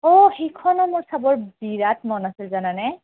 অঁ সেইখনো মোৰ চাবৰ বিৰাট মন আছে জানানে